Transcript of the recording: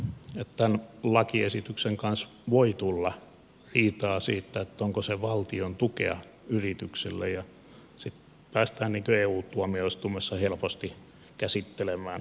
joten tämän lakiesityksen kanssa voi tulla riitaa siitä onko se valtiontukea yrityksille ja sitten päästään eu tuomioistuimessa helposti käsittelemään näitä asioita